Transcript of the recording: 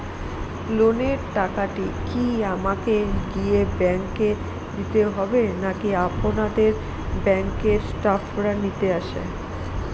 লোনের টাকাটি কি আমাকে গিয়ে ব্যাংক এ দিতে হবে নাকি আপনাদের ব্যাংক এর স্টাফরা নিতে আসে?